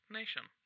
nation